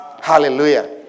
Hallelujah